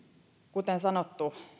kuten sanottu